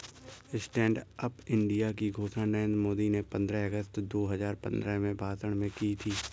stand up India की घोषणा नरेंद्र मोदी ने पंद्रह अगस्त दो हजार पंद्रह में भाषण में की थी